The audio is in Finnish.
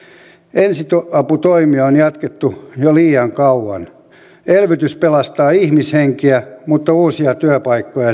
ensiaputoimia on jatkettu jo liian kauan elvytys pelastaa ihmishenkiä mutta uusia työpaikkoja